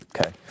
Okay